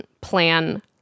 plan